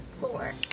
Four